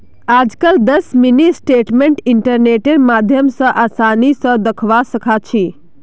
आजकल दस mini statement इन्टरनेटेर माध्यम स आसानी स दखवा सखा छी